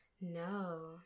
No